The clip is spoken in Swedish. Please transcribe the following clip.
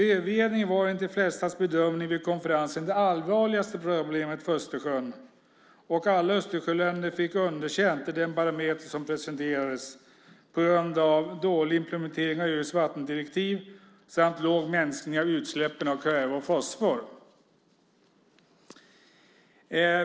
Övergödningen var enligt de flestas bedömning vid konferensen det allvarligaste problemet för Östersjön. Alla Östersjöländer fick underkänt i den barometer som presenterades på grund av dålig implementering av EU:s vattendirektiv samt låg minskning av utsläppen av kväve och fosfor.